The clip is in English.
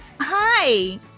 Hi